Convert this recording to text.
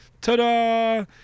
ta-da